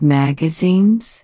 magazines